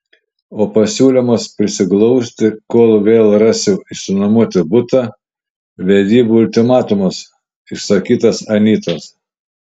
o pasiūlymas prisiglausti kol vėl rasiu išsinuomoti butą vedybų ultimatumas išsakytas anytos